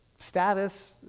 status